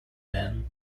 man